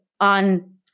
on